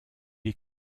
est